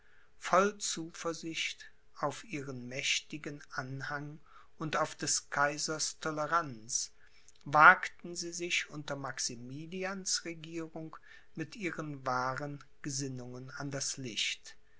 voll zuversicht auf ihren mächtigen anhang und auf des kaisers toleranz wagten sie sich unter maximilians regierung mit ihren wahren gesinnungen an das licht